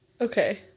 Okay